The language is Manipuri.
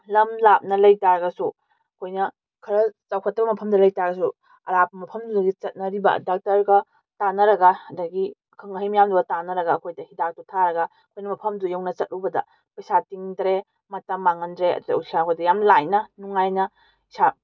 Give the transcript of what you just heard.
ꯂꯝ ꯂꯥꯞꯅ ꯂꯩ ꯇꯥꯔꯒꯁꯨ ꯑꯩꯈꯣꯏꯅ ꯈꯔ ꯆꯥꯎꯈꯠꯇꯕ ꯃꯐꯝꯗ ꯂꯩ ꯇꯥꯔꯁꯨ ꯑꯔꯥꯞꯄ ꯃꯐꯝꯗꯨꯗꯒꯤ ꯆꯠꯅꯔꯤꯕ ꯗꯥꯛꯇꯔꯒ ꯇꯥꯟꯅꯔꯒ ꯑꯗꯒꯤ ꯑꯈꯪ ꯑꯍꯩ ꯃꯌꯥꯝꯗꯨꯒ ꯇꯥꯟꯅꯔꯒ ꯑꯩꯈꯣꯏꯗ ꯍꯤꯗꯥꯛꯇꯨ ꯊꯥꯔꯒ ꯑꯩꯈꯣꯏꯅ ꯃꯐꯝꯗꯨ ꯌꯧꯅ ꯆꯠꯂꯨꯕꯗ ꯄꯩꯁꯥ ꯇꯤꯡꯗ꯭ꯔꯦ ꯃꯇꯝ ꯃꯥꯡꯍꯟꯗ꯭ꯔꯦ ꯑꯗꯨ ꯌꯥꯝ ꯂꯥꯏꯅ ꯅꯨꯡꯉꯥꯏꯅ ꯏꯁꯥ